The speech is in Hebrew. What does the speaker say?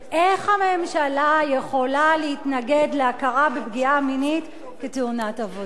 איך הממשלה יכולה להתנגד להכרה בפגיעה מינית כתאונת עבודה?